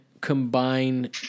combine